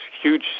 huge